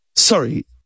Sorry